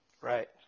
Right